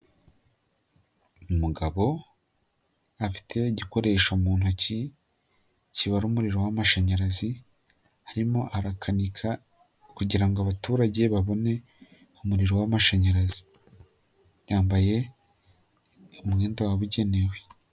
Umugabo afite igikoresho mu ntoki kibara umuriro w'amashanyarazi arimo arakanika kugira ngo abaturage babone umuriro w'amashanyarazi, yambaye umwenda wabugenewe.